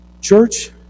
Church